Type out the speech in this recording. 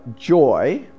joy